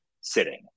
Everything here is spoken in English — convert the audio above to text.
sitting